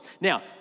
now